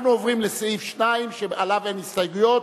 אנחנו עוברים לסעיף 2 שעליו אין הסתייגויות.